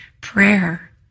prayer